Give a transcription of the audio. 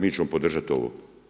Mi ćemo podržati ovo.